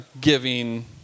giving